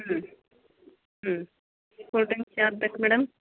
ಹ್ಞೂ ಹ್ಞೂ ಫುಡ್ಡನ್ನು ಬೇಕಾ ಮೇಡಮ್